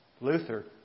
Luther